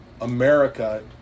America